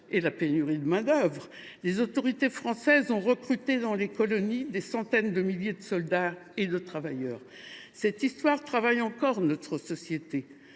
et de main d’œuvre, les autorités françaises ont recruté dans les colonies des centaines de milliers de soldats et de travailleurs. Cette histoire travaille encore notre société.